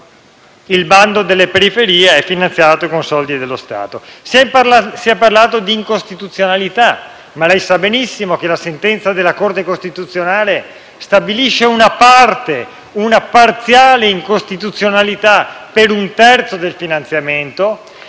il bando delle periferie è finanziato con soldi dello Stato. Si è parlato di incostituzionalità, ma lei sa benissimo che la sentenza della Corte costituzionale stabilisce una parziale incostituzionalità per un terzo del finanziamento